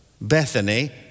Bethany